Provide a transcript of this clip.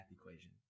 equation